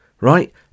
right